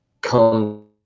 come